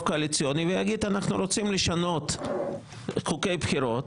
קואליציוני ויגיד: אנחנו רוצים לשנות חוקי בחירות,